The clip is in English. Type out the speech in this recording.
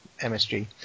MSG